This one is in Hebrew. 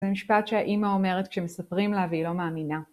זה משפט שהאימא אומרת כשמספרים לו, היא לא מאמינה.